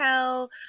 tell